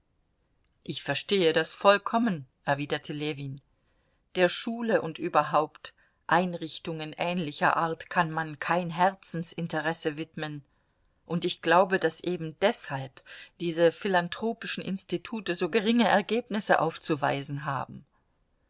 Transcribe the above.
ich verstehe das vollkommen erwiderte ljewin der schule und überhaupt einrichtungen ähnlicher art kann man kein herzensinteresse widmen und ich glaube daß eben deshalb diese philanthropischen institute so geringe ergebnisse aufzuweisen haben